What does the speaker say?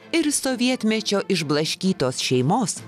ir sovietmečio išblaškytos šeimos